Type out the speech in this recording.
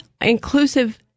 inclusive